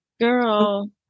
Girl